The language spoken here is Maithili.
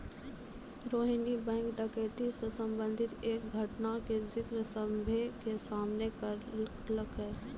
रोहिणी बैंक डकैती से संबंधित एक घटना के जिक्र सभ्भे के सामने करलकै